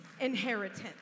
inheritance